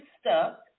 stuck